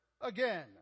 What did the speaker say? again